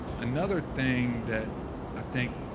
another thing that i think,